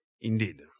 indeed